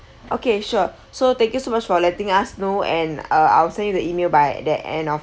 okay sure so thank you so much for letting us know and uh I will send you the email by the end of